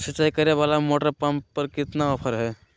सिंचाई करे वाला मोटर पंप पर कितना ऑफर हाय?